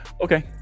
okay